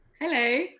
Hello